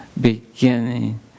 beginning